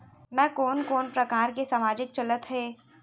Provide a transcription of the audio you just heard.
मैं कोन कोन प्रकार के सामाजिक चलत हे?